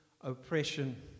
oppression